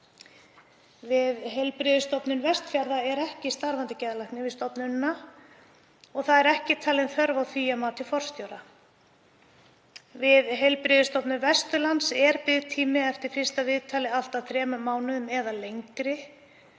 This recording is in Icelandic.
Við Heilbrigðisstofnun Vestfjarða er ekki starfandi geðlæknir og ekki talin þörf á því að mati forstjóra. Við Heilbrigðisstofnun Vesturlands er biðtími eftir fyrsta viðtali allt að þremur mánuðum eða lengri.